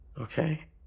Okay